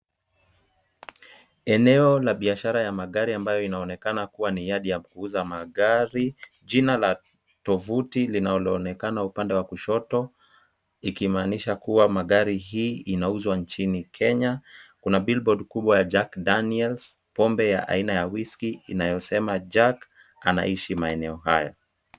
Eneo la biashara ya magari ambayo inaonekana kuwa ni yard ya kuuza magari. Jina la tovuti linaloonekana upande wa kushoto, ikimaanisha kuwa magari hii inauzwa nchini Kenya. Kuna billboard kubwa ya Jack Danielles pombe ya aina ya whisky inayosema Jack anaishi maeneo haya.